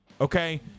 okay